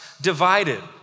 divided